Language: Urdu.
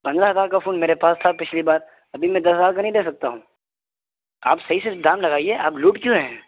پندرہ ہزار کا فون میرے پاس تھا پچھلی بار ابھی میں دس ہزار کا نہیں لے سکتا ہوں آپ صحیح سے دام لگائیے آپ لوٹ کیوں رہے ہیں